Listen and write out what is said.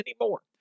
anymore